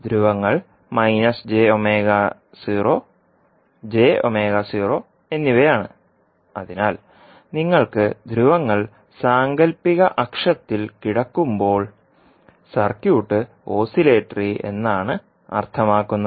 ധ്രുവങ്ങൾ എന്നിവയാണ് അതിനാൽ നിങ്ങൾക്ക് ധ്രുവങ്ങൾ സാങ്കൽപ്പിക അക്ഷത്തിൽ കിടക്കുമ്പോൾ സർക്യൂട്ട് ഓസിലേറ്ററി എന്നാണ് അർത്ഥമാക്കുന്നത്